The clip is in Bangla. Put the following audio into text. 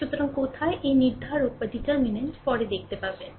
সুতরাং কোথায় এই নির্ধারক পরে দেখতে পাবেন